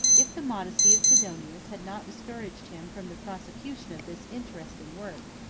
if the modesty of sidonius had not discouraged him from the prosecution of this interesting work,